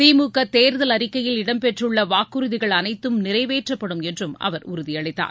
திமுக தேர்தல் அறிக்கையில் இடம் பெற்றுள்ள வாக்குறுதிகள் அனைத்தும் நிறைவேற்றப்படும் என்றும் அவர் உறுதியளித்தார்